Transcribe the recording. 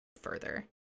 further